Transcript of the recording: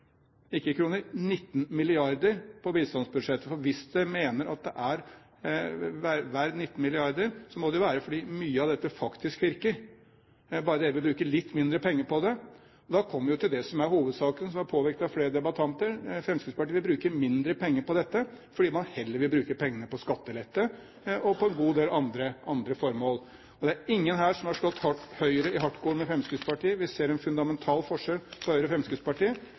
19 mrd. kr på bistandsbudsjettet. Hvis man mener at det er verdt 19 mrd. kr, må det jo være fordi mye av dette faktisk virker, men at man bare vil bruke litt mindre penger på det. Da kommer vi til det som er hovedsaken, og som er påpekt av flere debattanter: Fremskrittspartiet vil bruke mindre penger på dette, fordi man heller vil bruke pengene på skattelette og på en god del andre formål. Det er ingen her som har slått Høyre i hartkorn med Fremskrittspartiet. Vi ser en fundamental forskjell på Høyre og Fremskrittspartiet.